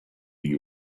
you